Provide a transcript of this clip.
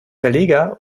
verleger